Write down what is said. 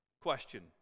Question